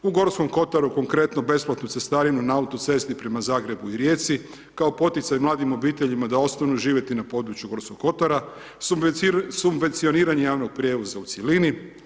U Gorskom kotaru konkretno, besplatnu cestarinu na auto cesti prema Zagrebu i Rijeci, kao poticaj mladim obiteljima da ostanu živjeti na području Gorskog kotara, subvencioniranje javnog prijevoza u cjelini.